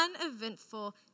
uneventful